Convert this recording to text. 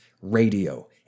radio